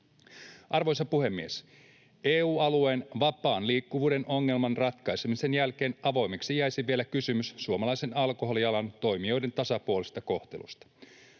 Arvoisa puhemies! EU-alueen vapaan liikkuvuuden ongelman ratkaisemisen jälkeen avoimeksi jäisi vielä kysymys suomalaisen alkoholialan toimijoiden tasapuolisesta kohtelusta.